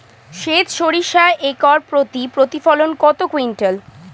সেত সরিষা একর প্রতি প্রতিফলন কত কুইন্টাল?